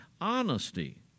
Honesty